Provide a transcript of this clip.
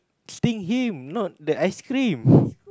sting him not that ice cream